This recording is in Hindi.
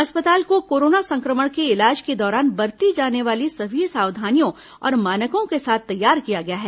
अस्पताल को कोरोना संक्रमण के इलाज के दौरान बरती जाने वाली सभी सावधानियों और मानकों के साथ तैयार किया गया है